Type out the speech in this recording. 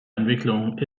entwicklung